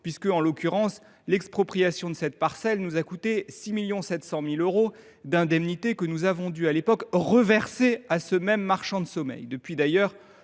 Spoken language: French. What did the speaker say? puisque, en l’occurrence, l’expropriation de cette parcelle nous a coûté 6,7 millions d’euros d’indemnités que nous avons dû à l’époque reverser à ce marchand de sommeil. Depuis,